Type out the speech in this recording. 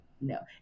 No